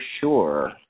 Sure